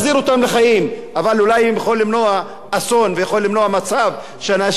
אבל אולי הוא יכול למנוע אסון ויכול למנוע מצב שאנשים חיים ללא כבוד.